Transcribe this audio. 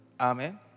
Amen